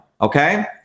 okay